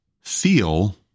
feel